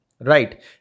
Right